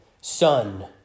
son